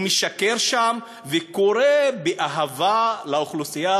הוא משקר שם וקורא באהבה לאוכלוסייה,